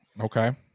okay